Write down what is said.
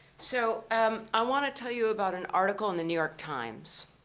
so um i wanna tell you about an article in the new york times.